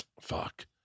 fuck